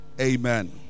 Amen